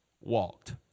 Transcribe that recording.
walked